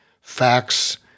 facts